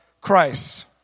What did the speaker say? Christ